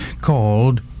called